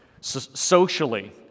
socially